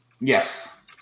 Yes